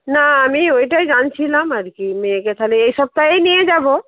না আমি ওইটাই জানছিলাম আর কি মেয়েকে তাহলে এই সপ্তাহেই নিয়ে যাব